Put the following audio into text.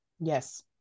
yes